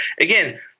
again